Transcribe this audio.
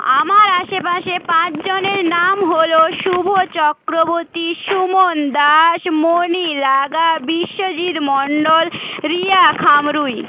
আমার আশেপাশে পাঁচজনের নাম হলো শুভ চক্রবর্তী সুমন দাস মণি লাগা বিশ্বজিৎ মণ্ডল রিয়া খামরুই